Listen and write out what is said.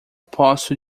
posso